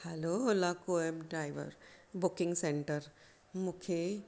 हलो Ola कोएम driver booking centre मूंखे